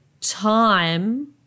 time